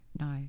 no